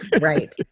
Right